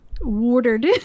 Watered